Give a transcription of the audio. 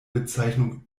bezeichnung